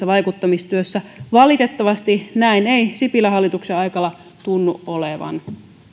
vaikuttamistyössä valitettavasti näin ei sipilän hallituksen aikana tunnu olevan